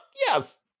Yes